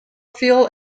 fuel